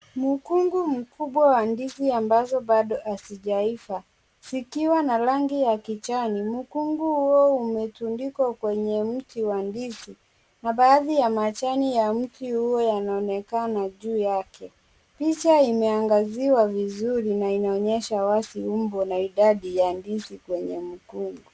Mkungu mkubwa wa ndizi ambazo bado hazijaiva zikiwa na rangi ya kijani. Mkungu huo umetundikwa kwenye mti wa ndizi na baadhi ya majani ya mti huo yanaonekana juu yake. Picha imeangaziwa vizuri na inaonyesha wazi umbo na idadi ya ndizi kwenye mkungu.